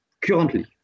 currently